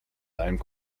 deinem